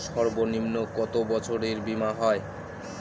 সর্বনিম্ন কত বছরের বীমার হয়?